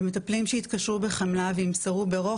למטפלים שיתקשרו במחלה וימסרו ברוך